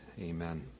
Amen